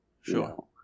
Sure